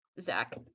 Zach